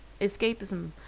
Escapism